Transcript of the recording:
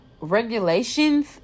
regulations